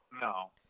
No